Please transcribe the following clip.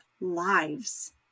lives